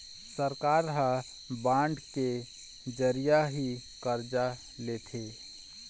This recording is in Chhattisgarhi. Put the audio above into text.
सरकार ह बांड के जरिया ही करजा लेथे